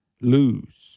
lose